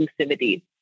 inclusivity